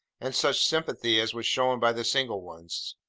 and such sympathy as was shown by the single ones!